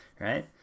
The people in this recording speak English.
right